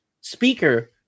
speaker